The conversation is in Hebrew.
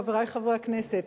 חברי חברי הכנסת,